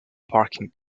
parking